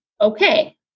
okay